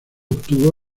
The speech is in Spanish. obtuvo